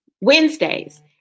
Wednesdays